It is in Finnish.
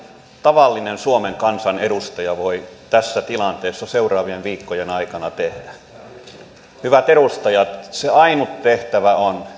tavallinen suomen kansan edustaja voi tässä tilanteessa seuraavien viikkojen aikana tehdä hyvät edustajat se ainut tehtävä on